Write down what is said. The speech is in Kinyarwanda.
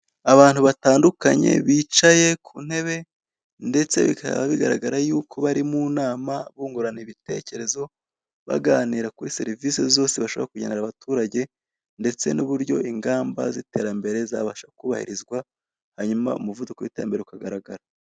Abantu batandukanye bicaye ku ntebe ndetse bikaba bigaragara yuko bari mu nama bungurana ibitekerezo, baganira kuri serivisi zose bashobora kugenera abaturage ndetse n'uburyo ingamba z'iterambere zabasha kubahirizwa, hanyuma umuvuduko w'iterambere ukagaragara.